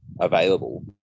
available